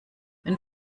wenn